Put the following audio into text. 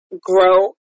grow